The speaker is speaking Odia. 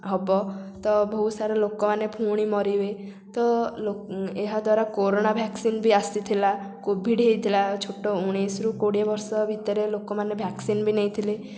ହେବ ତ ବହୁ ସାରା ଲୋକମାନେ ଫୁଣି ମରିବେ ତ ଏହା ଦ୍ୱାରା କୋରୋନା ଭ୍ୟାକସିନ୍ ବି ଆସିଥିଲା କୋଭିଡ଼ ହେଇଥିଲା ଛୋଟ ଉଣେଇଶରୁ କୋଡ଼ିଏ ବର୍ଷ ଭିତରେ ଲୋକମାନେ ଭ୍ୟାକସିନ୍ ବି ନେଇଥିଲେ